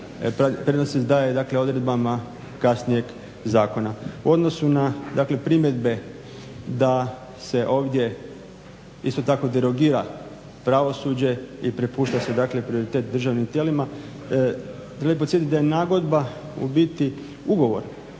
prednost se daje odredbama kasnijeg zakona. U odnosu na primjedbe da se ovdje isto tako derogira pravosuđe i prepušta se prioritet državnim tijelima želim podsjetit da je nagodba u biti ugovor